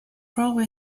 railway